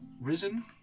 risen